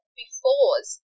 befores